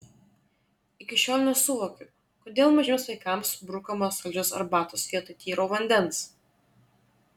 iki šiol nesuvokiu kodėl mažiems vaikams brukamos saldžios arbatos vietoj tyro vandens